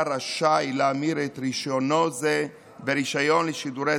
היה רשאי להמיר את רישיונו זה ברישיון לשידורי